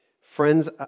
Friends